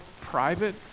private